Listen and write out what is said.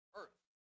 earth